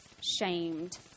shamed